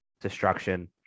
destruction